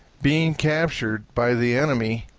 being captured by the enemy,